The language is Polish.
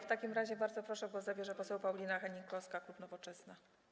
W takim razie, bardzo proszę, głos zabierze poseł Paulina Hennig-Kloska, klub Nowoczesna.